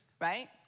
right